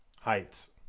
heights